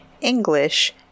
English